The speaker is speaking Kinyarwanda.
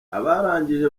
abarangije